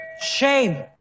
Shame